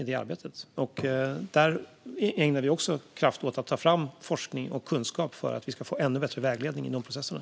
Där ägnar vi kraft åt att ta fram forskning och kunskap för att vi ska få ännu bättre vägledning i de processerna.